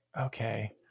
okay